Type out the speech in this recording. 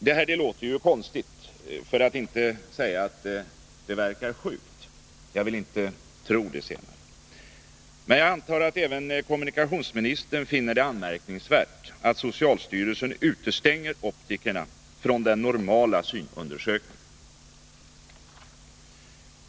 Detta låter konstigt för att inte säga att det verkar sjukt — jag vill inte tro det senare —, men jag antar att även kommunikationsministern finner det anmärkningsvärt att socialstyrelsen utestänger optikerna från den normala synundersökningen.